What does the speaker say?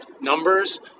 numbers